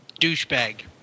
Douchebag